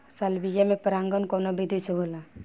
Salvia में परागण कउना विधि से होला?